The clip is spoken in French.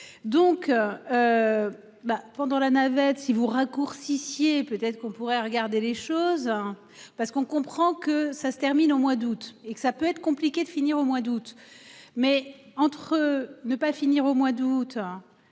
Donc. Bah pendant la navette si vous raccourci scié peut être qu'on pourrait regarder les choses. Parce qu'on comprend que ça se termine au mois d'août et que ça peut être compliqué de finir au mois d'août mais entre ne pas finir au mois d'août.